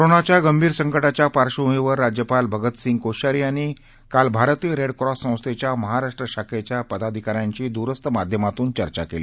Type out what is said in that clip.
कोरोनाच्या गंभीर संकटाच्या पार्श्वभूमीवर राज्यपाल भगतसिंह कोश्यारी यांनी काल भारतीय रेड क्रॉस संस्थेच्या महाराष्ट्र शाखेच्या पदाधिकाऱ्यांशी दूरस्थ माध्यमातून चर्चा केली